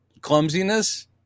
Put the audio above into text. clumsiness